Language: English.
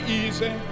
easy